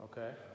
Okay